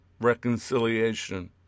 reconciliation